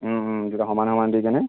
দুইটাই সমানে সমানে দি কেনে